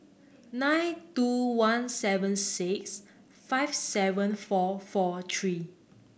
nine two one seven six five seven four four three